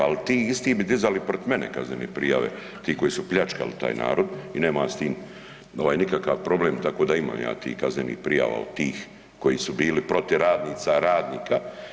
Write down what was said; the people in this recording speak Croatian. Ali ti isti bi dizali protiv mene kaznene prijave, ti koji su pljačkali taj narod i nema s tim nikakav problem, tako da imam ja tih kaznenih prijava od tih koji su bili protiv radnica, radnika.